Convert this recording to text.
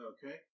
Okay